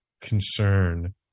Concern